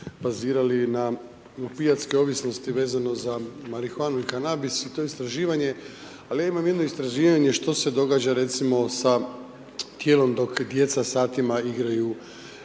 bazirali na opijatske ovisnosti vezano za marihuanu i kanabis i to istraživanje. Ali ja imam jedno istraživanje što se događa recimo sa tijelom dok djeca satima igraju